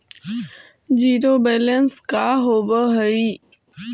Zero balance का होव हइ?